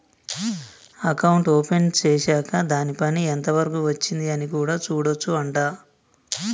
account open చేశాక్ దాని పని ఎంత వరకు వచ్చింది అని కూడా చూడొచ్చు అంట